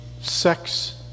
sex